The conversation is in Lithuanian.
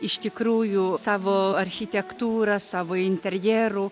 iš tikrųjų savo architektūra savo interjeru